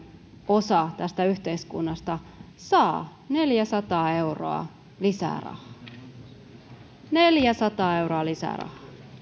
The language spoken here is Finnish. osa tästä yhteiskunnasta saa neljäsataa euroa lisää rahaa neljäsataa euroa lisää rahaa